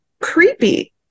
creepy